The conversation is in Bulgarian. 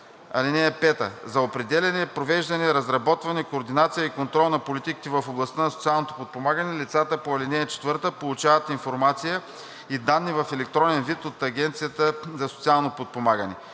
данни. (5) За определяне, провеждане, разработване, координация и контрол на политиките в областта на социалното подпомагане лицата по ал. 4 получават информация и данни в електронен вид от Агенцията за социално подпомагане.